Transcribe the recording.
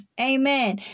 Amen